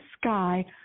sky